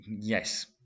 Yes